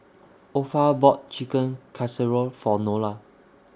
Opha bought Chicken Casserole For Nola